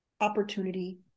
Opportunity